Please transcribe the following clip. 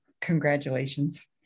congratulations